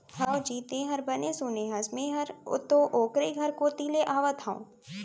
हवजी, तैंहर बने सुने हस, मैं हर तो ओकरे घर कोती ले आवत हँव